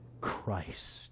Christ